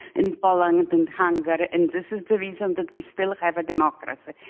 in poland, and hungary. and this is the reason that we still have a democracy.